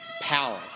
power